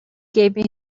gave